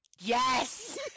Yes